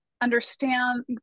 Understand